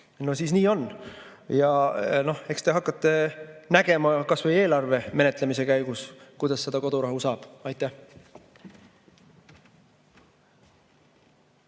no siis nii on. Ja eks te hakkate nägema kas või eelarve menetlemise käigus, kuidas seda kodurahu saab. Aitäh!